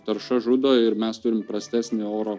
tarša žudo ir mes turim prastesnį oro